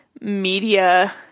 media